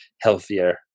healthier